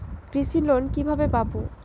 কৃষি লোন কিভাবে পাব?